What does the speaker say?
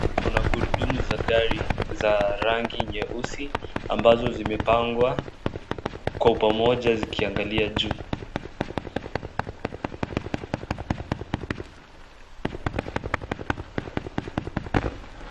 Kuna gurudumu za gari za rangi nyeusi ambazo zimepangwa kwa upamoja zikiangalia juu.